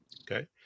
okay